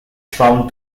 from